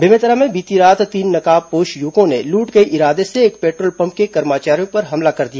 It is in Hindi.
बेमेतरा में बीती रात तीन नकाबपोश युवकों ने लूट के इरादे से एक पेट्रोल पम्प के कर्मचारियों पर हमला कर दिया